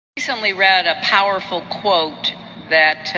recently read a powerful quote that